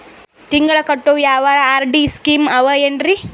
ತಿಂಗಳ ಕಟ್ಟವು ಯಾವರ ಆರ್.ಡಿ ಸ್ಕೀಮ ಆವ ಏನ್ರಿ?